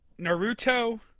Naruto